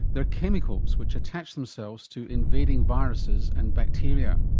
they're chemicals which attach themselves to invading viruses and bacteria.